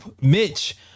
Mitch